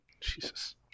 Jesus